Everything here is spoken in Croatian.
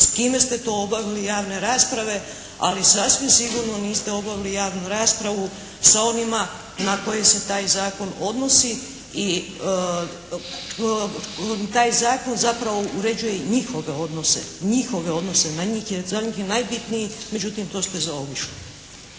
s kime ste to obavili javne rasprave, ali sasvim sigurno niste obavili javnu raspravu sa onima na koje se taj zakon odnosi i taj zakon zapravo uređuje njihove odnose. Za njih je najbitniji, međutim to ste zaobišli.